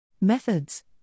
Methods